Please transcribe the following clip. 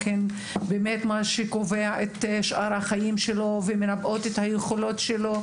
הם באמת מה שקובע את שאר החיים שלו ומנבאות את היכולות שלו,